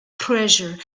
treasure